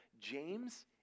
James